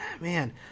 Man